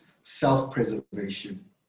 self-preservation